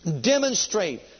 Demonstrate